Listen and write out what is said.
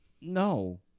No